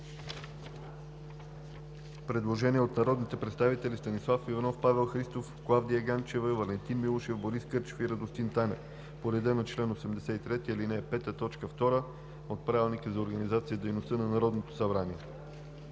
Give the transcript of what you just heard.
предложение от народните представители Станислав Иванов, Павел Христов, Клавдия Ганчева, Валентин Милушев, Борис Кърчев и Радостин Танев по реда на чл. 83, ал. 5, т. 2 от Правилника за организацията и дейността на Народното събрание.